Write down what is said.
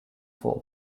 for